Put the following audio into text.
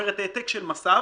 ועוד לא נגענו בנושא הבריאות